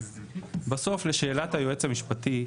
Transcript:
בסוף לשאלת היועץ המשפטי,